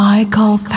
Michael